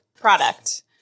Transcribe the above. product